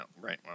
right